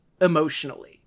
emotionally